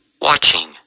Watching